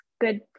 good